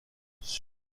sur